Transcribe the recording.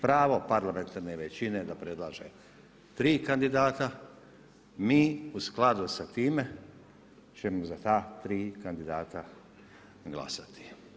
Pravo parlamentarne većine je da predlaže tri kandidata, mi u skladu sa time ćemo za ta tri kandidata glasati.